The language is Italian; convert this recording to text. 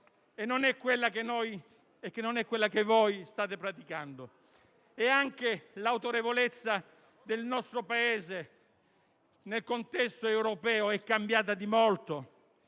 che non è quella che state praticando. Anche l'autorevolezza del nostro Paese nel contesto europeo è cambiata di molto